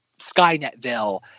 Skynetville